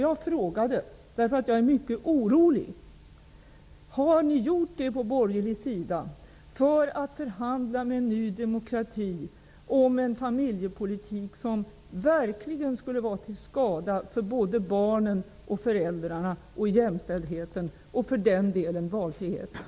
Jag frågade, därför att jag är mycket orolig: Har ni på den borgerliga sidan gjort det för att förhandla med Ny demokrati om en familjepolitik som verkligen skulle vara till skada för både barnen, föräldrarna och jämställdheten och, för den delen, valfriheten?